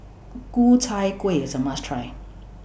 Ku Chai Kueh IS A must Try